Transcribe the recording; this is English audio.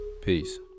Peace